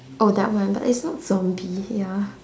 oh that one but it's not zombie ya